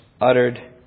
uttered